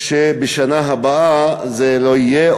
שבשנה הבאה זה לא יהיה,